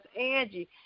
Angie